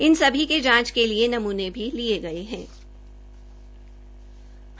इन सभी के जांच के लिए नमूने भी लिये जायेंगे